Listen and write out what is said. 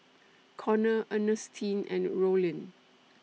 Konnor Ernestine and Rollin